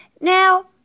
Now